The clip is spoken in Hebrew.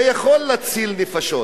זה יכול להציל נפשות,